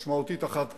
משמעותית אחת כן: